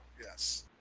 Yes